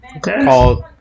called